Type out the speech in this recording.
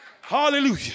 hallelujah